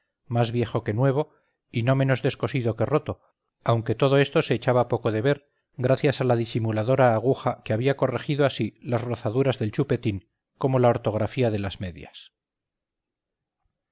más viejo que nuevo y no menos descosido que roto aunque todo esto se echaba poco de ver gracias a la disimuladora aguja que había corregido así las rozaduras del chupetín como la ortografía de las medias